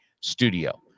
studio